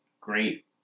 great